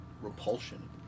repulsion